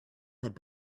had